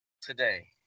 today